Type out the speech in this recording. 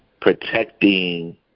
protecting